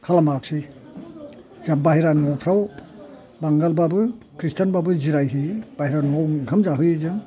खालामासै जाहा बाहेरानि न'फ्राव बांगालब्लाबो खृष्टानबाबो जिरायहोयो बायहेरानि न'आव ओंखाम जाहोयो जों